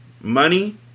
Money